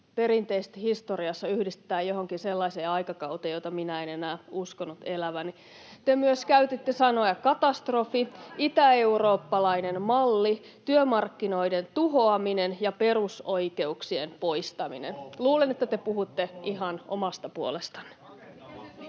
perinteisesti historiassa yhdistetään johonkin sellaiseen aikakauteen, jota minä en enää uskonut eläväni. Te myös käytitte sanoja ”katastrofi”, ”itäeurooppalainen malli”, ”työmarkkinoiden tuhoaminen” ja ”perusoikeuksien poistaminen”. Luulen, että te puhutte ihan omasta puolestanne.